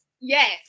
Yes